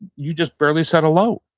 you just barely said hello.